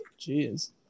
jeez